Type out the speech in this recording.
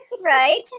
right